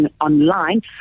online